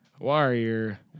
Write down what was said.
Warrior